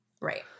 Right